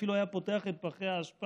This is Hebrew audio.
אפילו היה פותח את פחי האשפה